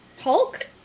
Hulk